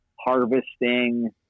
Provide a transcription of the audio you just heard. harvesting